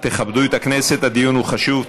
תכבדו את הכנסת, הדיון הוא חשוב.